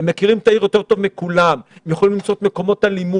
הם מכירים את העיר יותר טוב מכולם והם יכולים למצוא את מקומות הלימוד,